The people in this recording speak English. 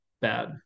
bad